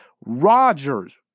Rodgers